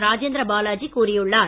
ராஜேந்திரபாலாஜி கூறியுள்ளார்